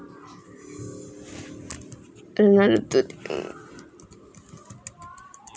another third uh